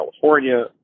California